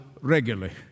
regularly